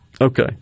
Okay